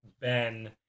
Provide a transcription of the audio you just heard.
Ben